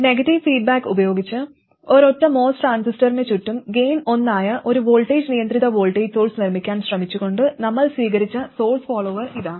negative feedback ഉപയോഗിച്ച് ഒരൊറ്റ MOS ട്രാൻസിസ്റ്ററിന് ചുറ്റും ഗെയിൻ ഒന്നായ ഒരു വോൾട്ടേജ് നിയന്ത്രിത വോൾട്ടേജ് സോഴ്സ് നിർമ്മിക്കാൻ ശ്രമിച്ചുകൊണ്ട് നമ്മൾ സ്വീകരിച്ച സോഴ്സ് ഫോളോവർ ഇതാ